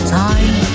time